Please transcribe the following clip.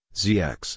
zx